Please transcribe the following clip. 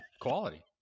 quality